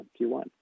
Q1